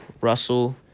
Russell